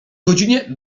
godzinie